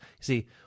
see